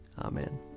Amen